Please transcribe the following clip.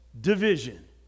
Division